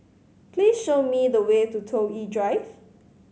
please show me the way to Toh Yi Drive